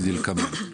כדלקמן: